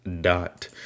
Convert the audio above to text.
dot